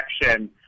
protection